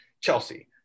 Chelsea